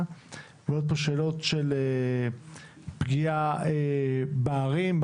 ועולות פה שאלות של פגיעה בערים,